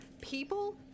people